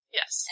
Yes